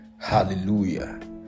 Hallelujah